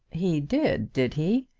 he did, did he?